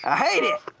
hate it.